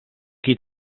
qui